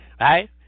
right